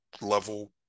level